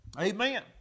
Amen